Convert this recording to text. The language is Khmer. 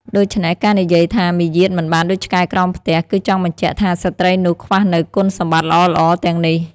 ដូច្នេះ ការនិយាយថាមាយាទមិនបានដូចឆ្កែក្រោមផ្ទះ គឺចង់បញ្ជាក់ថាស្ត្រីនោះខ្វះនូវគុណសម្បត្តិល្អៗទាំងនេះ។